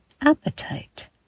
appetite